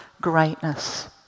greatness